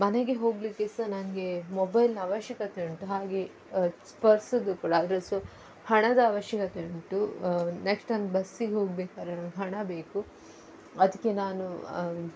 ಮನೆಗೆ ಹೋಗಲಿಕ್ಕೆ ಸಹ ನನಗೆ ಮೊಬೈಲಿನ ಅವಶ್ಯಕತೆ ಉಂಟು ಹಾಗೆ ಪರ್ಸದ್ದು ಕೂಡ ಅಂದರೆ ಸೊ ಹಣದ ಅವಶ್ಯಕತೆ ಉಂಟು ನೆಕ್ಸ್ಟ್ ನಾನು ಬಸ್ಸಿಗೆ ಹೋಗಬೇಕಾರೆ ನಂಗೆ ಹಣ ಬೇಕು ಅದಕ್ಕೆ ನಾನು